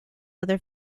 other